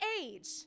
age